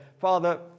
Father